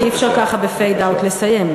כי אי-אפשר ככה ב-fade out לסיים.